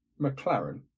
McLaren